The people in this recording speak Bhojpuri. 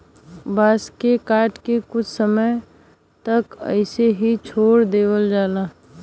बांस के काट के कुछ समय तक ऐसे ही छोड़ देवल जाला